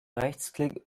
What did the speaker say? rechtsklick